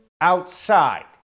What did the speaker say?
outside